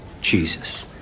Jesus